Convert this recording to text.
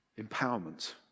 Empowerment